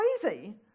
crazy